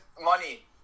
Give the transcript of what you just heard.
money